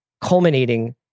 culminating